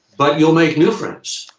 but you'll make new friends.